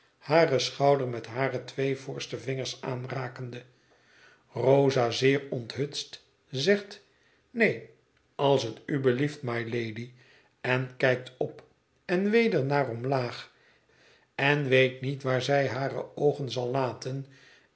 haar schouder met hare twee voorste vingers aanrakende rosa zeer onthutst zegt neen als het u belieft mylady en kijkt op en weder naar omlaag en weet niet waar zij hare oogen zal laten